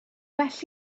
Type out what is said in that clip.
well